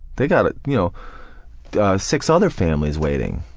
they've got ah you know six other families waiting,